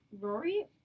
Rory